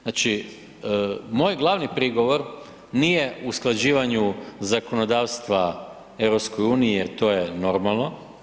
Znači, moj glavni prigovor nije u usklađivanju zakonodavstva EU jer to je normalno.